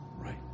right